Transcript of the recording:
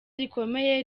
rikomeye